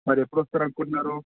మరి ఎప్పుడు వస్తారని అనుకుంటున్నారు